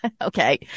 Okay